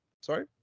sorry